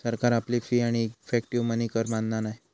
सरकार आपली फी आणि इफेक्टीव मनी कर मानना नाय